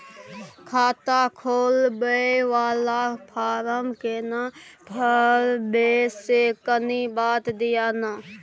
खाता खोलैबय वाला फारम केना भरबै से कनी बात दिय न?